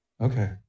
okay